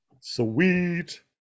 sweet